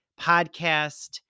podcast